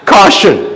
Caution